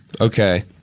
Okay